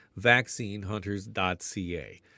vaccinehunters.ca